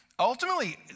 Ultimately